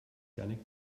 jannick